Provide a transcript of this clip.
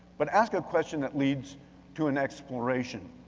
but ask a question that leads to an exploration.